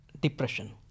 depression